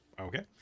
Okay